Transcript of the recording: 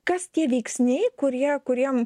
kas tie veiksniai kurie kuriem